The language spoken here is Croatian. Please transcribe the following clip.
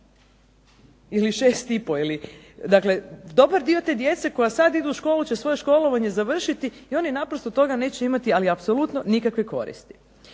Ili 6 i pol, dakle dobar dio djece koji sada idu u školu će svoje školovanje završiti i oni naprosto od toga neće imati apsolutno nikakve koristi.